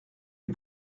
les